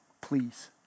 please